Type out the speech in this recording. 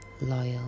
loyal